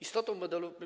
Istotą modelu.